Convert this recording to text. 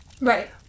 Right